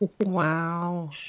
Wow